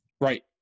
Right